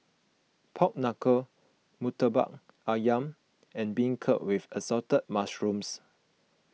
Pork Knuckle Murtabak Ayam and Beancurd with Assorted Mushrooms